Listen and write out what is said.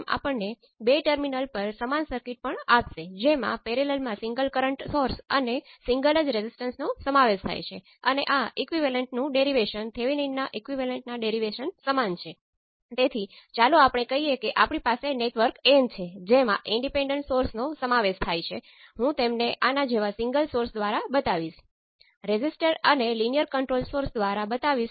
Z પેરામિટરના કિસ્સામાં ચાલો કહીએ કે આપણી પાસે 2 પોર્ટ સ્વરૂપમાં પણ રજૂ થાય છે તે બરાબર એ જ વસ્તુ છે